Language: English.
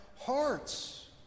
hearts